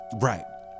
Right